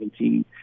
2017